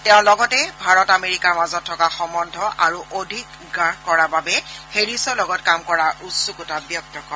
তেওঁ লগতে ভাৰত আমেৰিকাৰ মাজত থকা সম্বন্ধ আৰু অধিক গাঢ় কৰাৰ বাবে হেৰিচৰ লগত কাম কৰাৰ উৎসুকতা ব্যক্ত কৰে